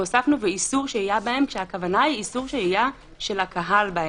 והוספנו: איסור שהייה בהם כשהכוונה היא איסור שהייה של הקהל בהם,